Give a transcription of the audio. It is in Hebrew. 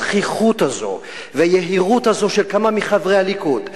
הזחיחות הזאת והיהירות הזאת של כמה מחברי הליכוד,